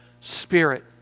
spirit